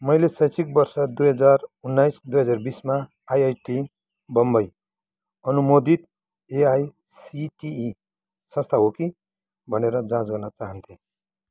मैले शैक्षिक वर्ष दुई हजार उन्नाइस दुई हजार बिसमा आइआइटी बम्बई अनुमोदित एआइसिटिई संस्थान हो कि भनेर जाँच गर्न चाहन्थेँ